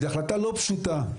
זו החלטה לא פשוטה,